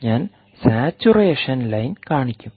ഞാൻ saturation line കാണിക്കും